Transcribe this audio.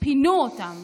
פינו אותם.